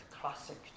classic